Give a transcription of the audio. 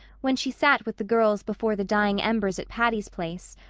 when she sat with the girls before the dying embers at patty's place,